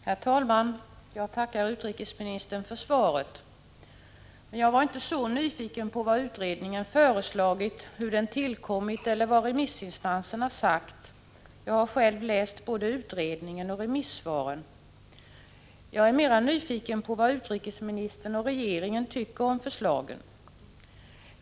Herr talman! Jag tackar utrikesministern för svaret. Jag var inte så nyfiken på vad utredningen hade föreslagit, hur den hade tillkommit eller vad remissinstanserna hade sagt. Jag har själv läst både utredningen och remissvaren. Jag är mera nyfiken på vad utrikesministern och regeringen tycker om förslagen.